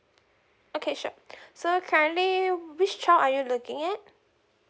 okay sure so currently which child are you looking at